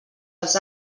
els